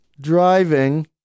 driving